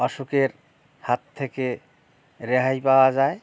অসুখের হাত থেকে রেহাই পাওয়া যায়